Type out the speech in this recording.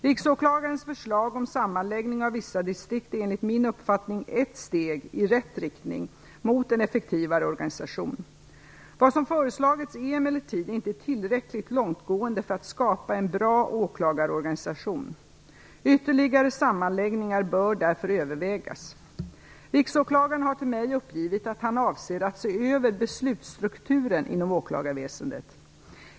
Riksåklagarens förslag om sammanläggning av vissa distrikt är enligt min uppfattning ett steg i rätt riktning mot en effektivare organisation. Vad som föreslagits är emellertid inte tillräckligt långtgående för att skapa en bra åklagarorganisation. Ytterligare sammanläggningar bör därför övervägas. Riksåklagaren har till mig uppgivit att han avser att se över beslutsstrukturen inom åklagarväsendet.